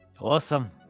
Awesome